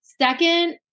Second